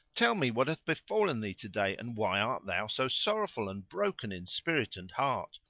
tell me what hath befallen thee to day, and why art thou so sorrowful and broken in spirit and heart?